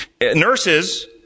nurses